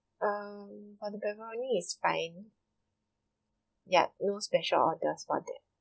um for the pepperoni is fine yup no special orders for that